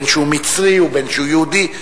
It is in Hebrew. בין שהוא מצרי ובין שהוא יהודי,